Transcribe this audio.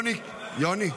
יוני,